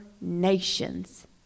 nations